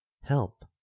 help